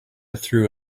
through